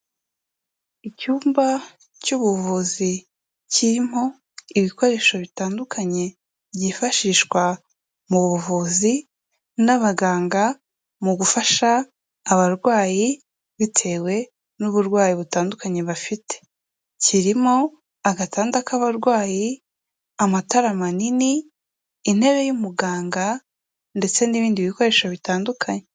Icyumba cy'ubuvuzi kirimo ibikoresho bitandukanye byifashishwa mu buvuzi n'abaganga mu gufasha abarwayi bitewe n'uburwayi butandukanye bafite kirimo agatanda k'abarwayi amatara manini intebe y'umuganga ndetse n'ibindi bikoresho bitandukanye.